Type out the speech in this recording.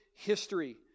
history